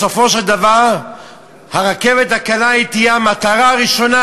בסופו של דבר הרכבת הקלה תהיה המטרה הראשונה.